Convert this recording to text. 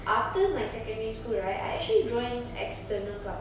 after my secondary school right I actually join external club